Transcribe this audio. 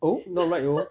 oh not right orh